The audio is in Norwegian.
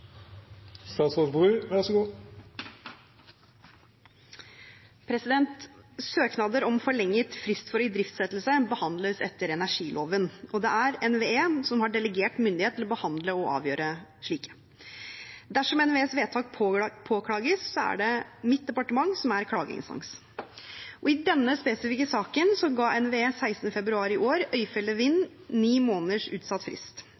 NVE som har delegert myndighet til å behandle og avgjøre slike. Dersom NVEs vedtak påklages, er det mitt departement som er klageinstans. I denne spesifikke saken ga NVE 16. februar i år Øyfjellet Wind ni måneders utsatt frist.